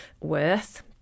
worth